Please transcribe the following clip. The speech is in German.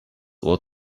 ohr